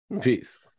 Peace